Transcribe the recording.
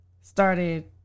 started